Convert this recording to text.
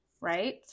right